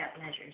measures